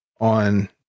on